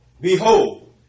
Behold